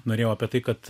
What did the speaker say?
norėjau apie tai kad